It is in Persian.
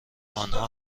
آنها